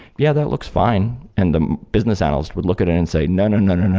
yeah, that looks fine. and the business analyst would look at it and say, no, no, no, no, no.